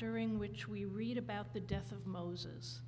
during which we read about the death of moses